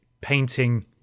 painting